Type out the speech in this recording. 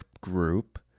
group